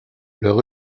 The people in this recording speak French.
leur